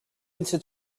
into